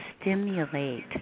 stimulate